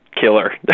killer